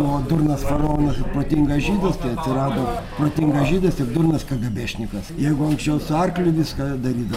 o durnas faraonas ir protingas žydas tai atsirado protingas žydas ir durnas kagiebešnikas jeigu anksčiau su arkliu viską darydavo